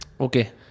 Okay